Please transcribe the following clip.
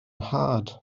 nhad